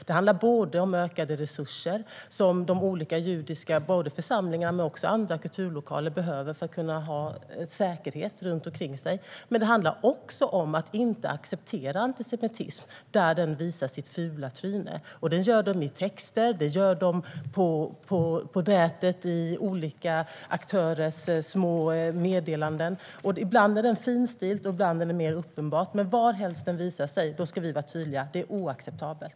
Det handlar om ökade resurser som de olika judiska församlingarna och andra kulturlokaler behöver för att kunna ha säkerhet runt omkring sig. Men det handlar också om att inte acceptera antisemitism där den visar sitt fula tryne. Det gör den i texter. Det gör den på nätet i olika aktörers små meddelanden. Ibland är den finstilt. Ibland är den mer uppenbar. Men varhelst den visar sig ska vi vara tydliga. Det är oacceptabelt.